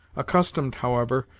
accustomed, however,